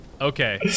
Okay